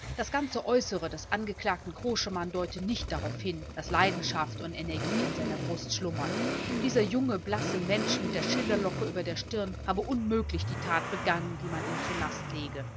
das ganze äußere des angeklagten koschemann deute nicht darauf hin daß leidenschaft und energie in seiner brust schlummern dieser junge blasse mensch mit der schillerlocke über der stirn habe unmöglich die tat begangen die man ihm zur last